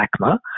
ACMA